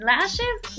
Lashes